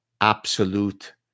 absolute